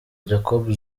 jacob